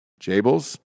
Jables